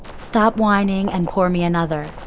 stop whining and pour me another.